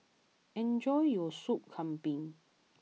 enjoy your Sop Kambing